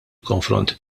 konfront